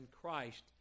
Christ